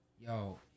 Yo